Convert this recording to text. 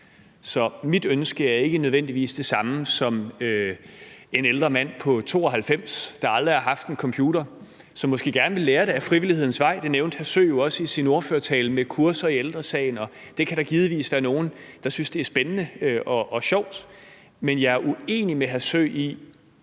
Så mit ønske er ikke nødvendigvis det samme, som det er hos en ældre mand på 92 år, der aldrig har haft en computer. Han vil måske gerne vil lære det ad frivillighedens vej – det nævnte hr. Jeppe Søe jo også i sin ordførertale – med kurser i Ældre Sagen, og der kan givetvis være nogle, der synes, det er spændende og sjovt, men jeg er uenig med hr.